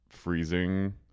freezing